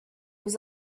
was